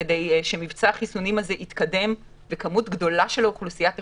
כדי שמבצע החיסונים הזה יתקדם וכמות גדולה של אוכלוסייה תחוסן,